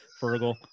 Fergal